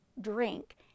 drink